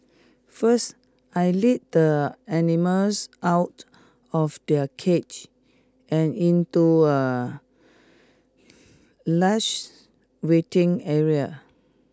first I lead the animals out of their cage and into a leashed waiting area